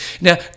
Now